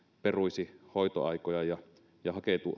peruisi hoitoaikoja ja